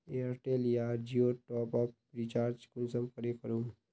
Airtel या जियोर top up recharge कुंसम करे करूम?